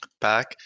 back